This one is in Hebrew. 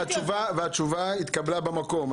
התשובה התקבלה במקום.